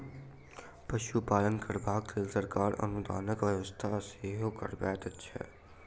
पशुपालन करबाक लेल सरकार अनुदानक व्यवस्था सेहो करबैत छै